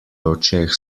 očeh